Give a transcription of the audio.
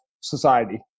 society